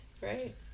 right